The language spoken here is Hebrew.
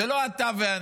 זה לא אתה ואני.